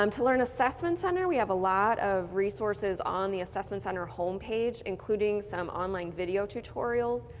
um to learn assessment center, we have a lot of resources on the assessment center home page, including some online video tutorials,